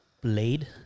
Blade